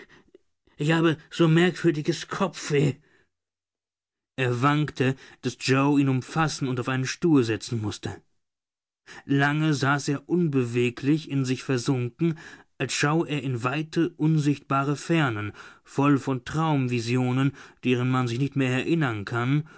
ich habe so merkwürdiges kopfweh er wankte daß yoe ihn umfassen und auf einen stuhl setzen mußte lange saß er unbeweglich in sich versunken als schaue er in weite unsichtbare fernen voll von traumvisionen deren man sich nicht mehr erinnern kann